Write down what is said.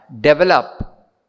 develop